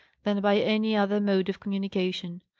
than by any other mode of communication.